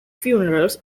funerals